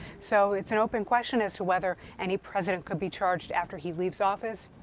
so it's an open question as to whether any president could be charged after he leaves office.